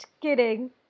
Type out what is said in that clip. kidding